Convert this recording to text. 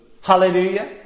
Hallelujah